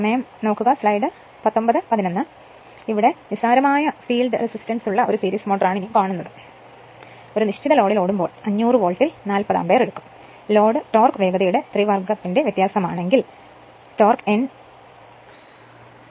ഇനി അടുത്തത് നിസ്സാരമായ ഫീൽഡ് റെസിസ്റ്റൻസ് ഉള്ള ഒരു സീരീസ് മോട്ടോറാണ് ഒരു നിശ്ചിത ലോഡിൽ ഓടുമ്പോൾ 500 വോൾട്ടിൽ 40 ആമ്പിയർ എടുക്കും ലോഡ് ടോർക്ക് വേഗതയുടെ ത്രിവർഗ്ഗന്റെ വ്യത്യാസമാണെങ്കിൽ ടോർക്ക് n3 ന് ആനുപാതികമാണ് അങ്ങനെയാണെങ്കിൽ വേഗത അതിന്റെ യഥാർത്ഥ മൂല്യത്തിന്റെ 8 ആയി കുറയ്ക്കുന്നതിന് ആവശ്യമായ പ്രതിരോധം കണ്ടെത്തുക